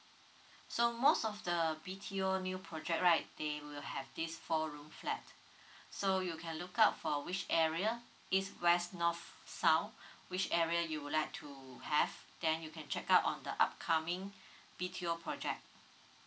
so most of the B_T_O new project right they will have this four room flat so you can look out for which area east west north south which area you would like to have then you can check out on the upcoming B_T_O project